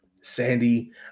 Sandy